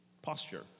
Posture